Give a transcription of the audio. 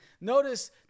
Notice